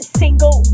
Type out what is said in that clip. single